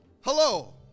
Hello